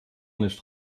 nicht